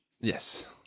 Yes